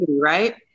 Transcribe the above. right